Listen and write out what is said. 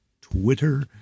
Twitter